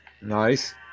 Nice